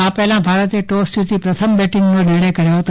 આ પહેલા ભારતે ટોસ જીતી પ્રથમ બેટીંગનો નિર્ણય કર્યો હતો